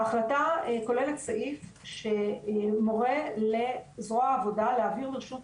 ההחלטה כוללת סעיף שמורה לזרוע העבודה להעביר לרשות